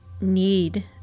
need